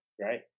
right